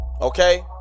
okay